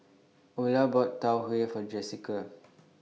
Ula bought Tau Huay For Jessika